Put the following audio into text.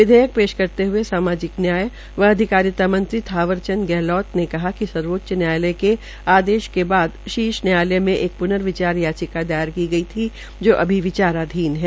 विधेयक पेश करते हए सामाजिक न्याय व अधिकारिता मंत्री थावर चंद गहलौत ने कहा कि सर्वोच्च न्यायालय के आदेश के बाद शीर्ष न्यायालय में एक पूर्न विचार याचिका दायर की गई थी जो अभी विचाराधीन है